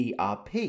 ERP